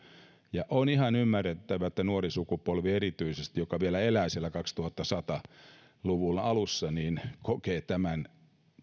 ja on ihan ymmärrettävää että erityisesti nuori sukupolvi joka vielä elää siellä kaksituhattasata luvun alussa kokee tämän